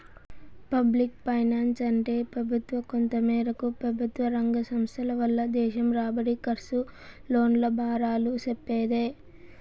public ఫైనాన్సంటే పెబుత్వ, కొంతమేరకు పెబుత్వరంగ సంస్థల వల్ల దేశం రాబడి, కర్సు, లోన్ల బారాలు సెప్పేదే